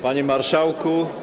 Panie Marszałku!